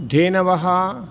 धेनवः